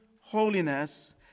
holiness